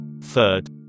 Third